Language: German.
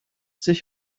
sich